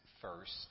first